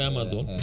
Amazon